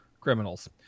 criminals